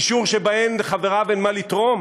אישור שלגביו אין לחבריו מה לתרום?